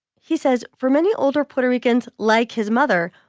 he says for many older puerto ricans, like his mother,